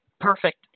Perfect